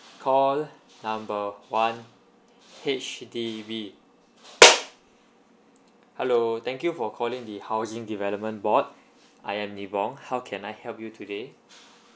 call number one H_D_B hello thank you for calling the housing development board I am Nee Vong how can I help you today